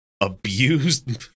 abused